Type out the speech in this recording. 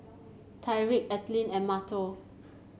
Tyrik Ethelyn and Mateo